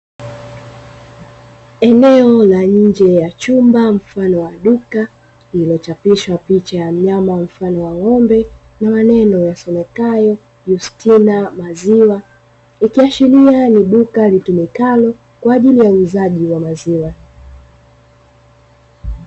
Eneo la nje ya chumba mfano wa duka lililochapishwa picha ya mnyama mfano wa ng'ombe na maneno yasomekayo "justina maziwa", ikiashiria ni duka litumikalo kwa ajili ya uuzaji wa maziwa.